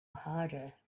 harder